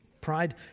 Pride